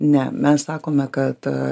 ne mes sakome kad